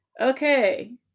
Okay